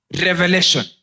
revelation